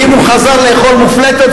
ואם הוא חזר לאכול מופלטות,